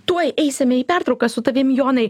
tuoj eisime į pertrauką su tavim jonai